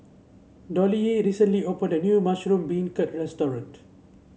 Dollye recently opened a new Mushroom Beancurd restaurant